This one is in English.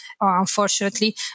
unfortunately